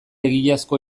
egiazko